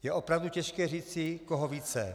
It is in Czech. Je opravdu těžké říci, koho více.